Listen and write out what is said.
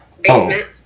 basement